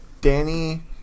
Danny